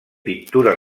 pintures